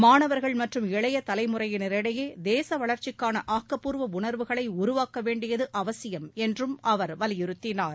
மாணவர்கள் மற்றும் இளைய தலைமுறையினரிடையே தேச வளர்ச்சிக்கான ஆக்கபூர்வ உணர்வுகளை உருவாக்க வேண்டியது அவசியம் என்றும் அவர் வலியுறுத்தினார்